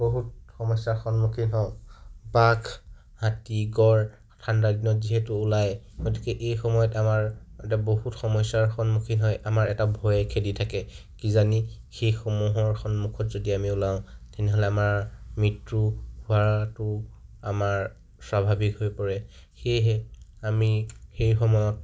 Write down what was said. বহুত সমস্যৰ সন্মুখীন হওঁ বাঘ হাতী গড় ঠাণ্ডা দিনত যিহেতু ওলাই গতিকে এই সময়ত আমাৰ বহুত সমস্যাৰ সন্মুখীন হয় আমাৰ এটা ভয়ে খেদি থাকে কিজানি সেইসমূহৰ সন্মুখত যদি আমি ওলাওঁ তেনেহ'লে আমাৰ মৃত্যু হোৱাটো আমাৰ স্বাভাৱিক হৈ পৰে সেয়েহে আমি সেই সময়ত